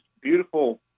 beautiful